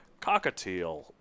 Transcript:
cockatiel